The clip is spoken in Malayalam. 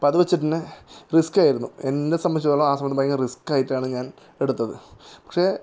അപ്പോൾ അത് വച്ചിട്ട് തന്നെ റിസ്കായിരുന്നു എന്നെ സംബന്ധിച്ചിടത്തോളം ആ സമയത്ത് ഭയങ്കര റിസ്കായിട്ടാണ് ഞാൻ എടുത്തത് പക്ഷേ